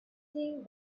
things